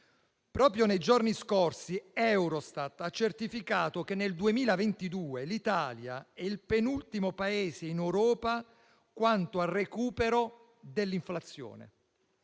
proprio nei giorni scorsi Eurostat ha certificato che nel 2022 l'Italia è il penultimo Paese in Europa quanto al recupero dell'inflazione.